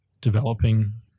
developing